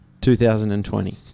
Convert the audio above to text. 2020